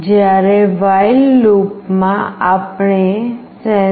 જ્યારે while લૂપમાં આપણે sensor